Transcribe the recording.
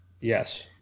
Yes